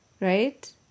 right